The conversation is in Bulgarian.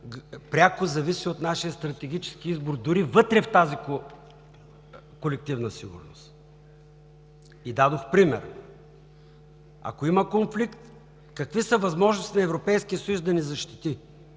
пряко зависи от нашия стратегически избор дори вътре в тази колективна сигурност. И дадох пример: ако има конфликт, какви са възможностите на Европейския съюз да ни защити